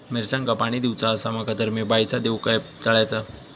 मिरचांका पाणी दिवचा आसा माका तर मी पाणी बायचा दिव काय तळ्याचा?